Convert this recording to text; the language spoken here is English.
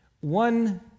one